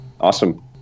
Awesome